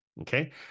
Okay